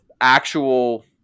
actual